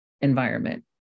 environment